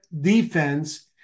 defense